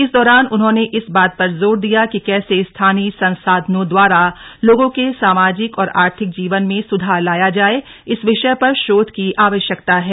इस दौरान उन्होंने इस बात पर जोर दिया कि कैसे स्थानीय संसाधनों द्वारा लोगों के सामाजिक और आर्थिक जीवन में सुधार लाया जाए इस विषय पर शोध की आवश्यकता है